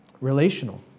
relational